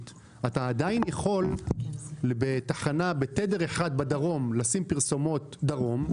אתה עדיין יכול בתחנה בתדר אחד בדרום לשים פרסומות בדרום,